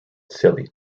silly